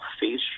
face